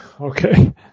Okay